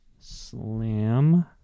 Slam